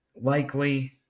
likely